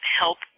help